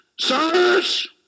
Sirs